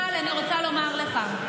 אבל אני רוצה לומר לך,